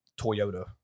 Toyota